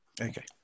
Okay